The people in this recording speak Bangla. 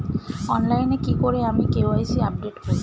অনলাইনে কি করে আমি কে.ওয়াই.সি আপডেট করব?